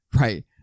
Right